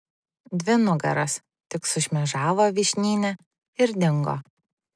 dvi nugaros tik sušmėžavo vyšnyne ir dingo